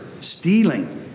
stealing